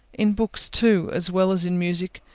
in books too, as well as in music,